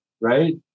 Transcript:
right